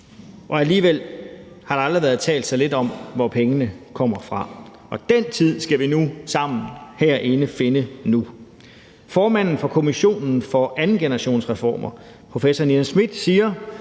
og alligevel har der aldrig været talt så lidt om, hvor pengene kommer fra, og den tid skal vi herinde nu sammen finde. Formanden for Kommission for 2. generationsreformer, de nye reformveje, professor Nina Smith, siger,